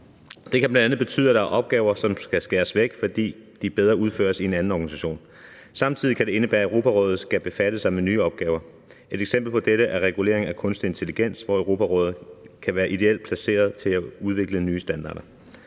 Det kan bl.a. betyde, at der er opgaver, som skal skæres væk, fordi de bedre udføres i en anden organisation. Samtidig kan det indebære, at Europarådet skal befatte sig med nye opgaver. Et eksempel på dette er regulering af kunstig intelligens, hvor Europarådet kan være ideelt placeret til at udvikle nye standarder.